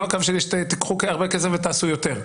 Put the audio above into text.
לא שתיקחו הרבה כסף ותעשו יותר.